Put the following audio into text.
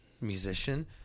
Musician